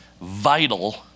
vital